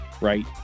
right